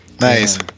Nice